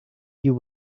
you